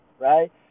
right